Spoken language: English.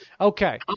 Okay